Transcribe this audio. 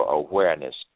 awareness